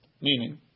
Meaning